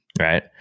Right